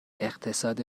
اقتصاد